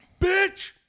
bitch